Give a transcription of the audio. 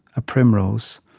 a primrose,